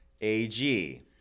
AG